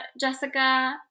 Jessica